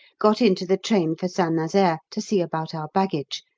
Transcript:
got into the train for st nazaire to see about our baggage,